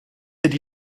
ydy